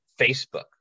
Facebook